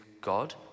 god